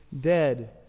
dead